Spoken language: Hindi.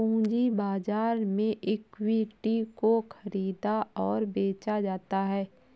पूंजी बाजार में इक्विटी को ख़रीदा और बेचा जाता है